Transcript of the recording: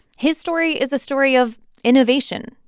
his story is a story of innovation,